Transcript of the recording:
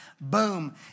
boom